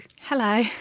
hello